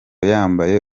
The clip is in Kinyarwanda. yambaye